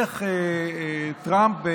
איך טראמפ,